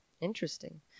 interesting